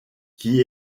qui